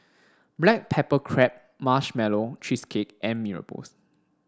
Black Pepper Crab Marshmallow Cheesecake and Mee Rebus